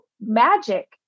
magic